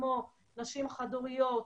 כמו נשים חד הוריות,